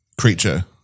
creature